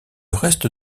reste